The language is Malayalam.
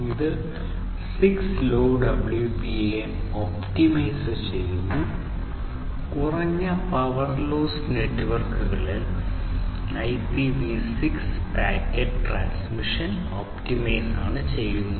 ഇത് 6LoWPAN ഒപ്റ്റിമൈസ് ചെയ്യുന്നു കുറഞ്ഞ പവർ ലോസി നെറ്റ്വർക്കുകളിൽ IPv6 പാക്കറ്റ് ട്രാൻസ്മിഷൻ ഒപ്റ്റിമൈസ് ചെയ്യുന്നു